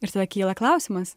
ir tada kyla klausimas